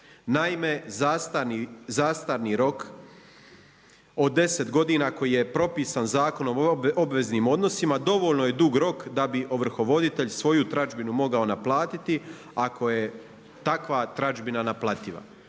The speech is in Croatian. Naime, zastarni rok od 10 godina koji je propisan Zakonom o obveznim odnosima dovoljno je dug rok da bi ovrhovoditelj svoju tražbinu mogao naplatiti ako je takva tražbina naplativa.